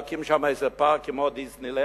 להקים שם איזה פארק כמו דיסנילנד.